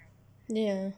ya